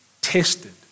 tested